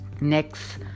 next